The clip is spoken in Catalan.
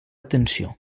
atenció